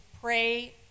pray